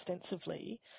extensively